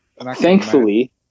thankfully